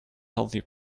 healthy